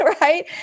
right